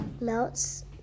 melts